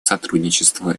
сотрудничества